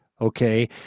okay